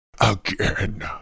Again